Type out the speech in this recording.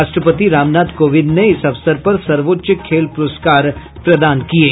राष्ट्रपति रामनाथ कोविंद ने इस अवसर पर सर्वोच्च खेल पुरस्कार प्रदान किये